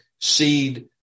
seed